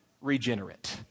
regenerate